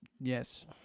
yes